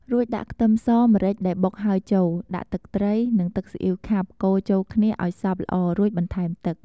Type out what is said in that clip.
រួចដាក់ខ្ទឹមស ម្រេចដែលបុកហើយចូល ដាក់ទឹកត្រី និងទឹកស៊ីអ៉ីវខាប់កូរចូលគ្នាឱ្យសព្វល្អរួចបន្ថែមទឹក។